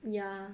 yeah